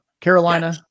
Carolina